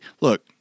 Look